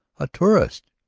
a tourist.